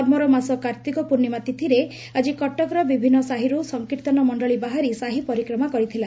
ଧର୍ମର ମାସ କାର୍ତିକ ପୂର୍ଭିମା ତିଥିରେ ଆକି କଟକର ବିଭିନ ସାହିର୍ତ ସଂକୀର୍ଭନମଣଳୀ ବାହାରି ସାହି ପରିକ୍ରମା କରିଥିଲା